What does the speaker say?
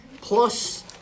Plus